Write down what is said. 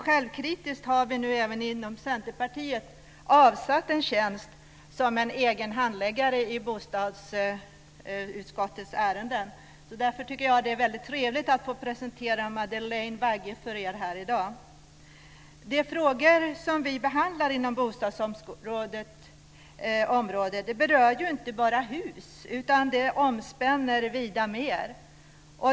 Självkritiskt har vi nu även inom Centerpartiet avsatt en handläggare för bostadsutskottets ärenden. Därför är det trevligt att få presentera Madeleine Vagge för er i dag. De frågor som vi behandlar inom bostadsområdet berör inte bara hus utan de omspänner vida mer.